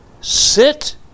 sit